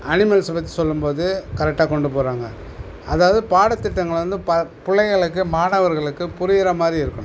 அனிமல்ஸை பற்றி சொல்லும் போது கரெக்டாக கொண்டு போகிறாங்க அதாவது பாடத்திட்டங்களை வந்து பிள்ளைங்களுக்கு மாணவர்களுக்கு புரிகிற மாதிரி இருக்கணும்